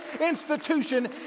institution